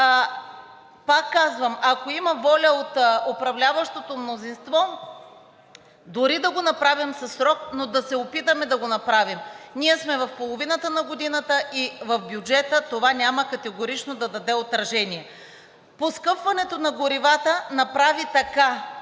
пак казвам: ако има воля от управляващото мнозинство, дори да го направим със срок, но да се опитаме да го направим. Ние сме в половината на годината и в бюджета това категорично няма да даде отражение. Поскъпването на горивата направи така, че за